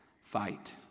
fight